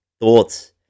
thoughts